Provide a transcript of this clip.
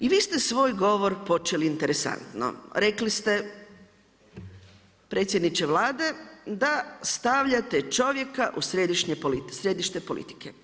I vi ste svoj govor počeli interesantno, rekli ste, predsjedniče Vlade da stavljate čovjeka u središte politike.